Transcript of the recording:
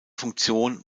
funktion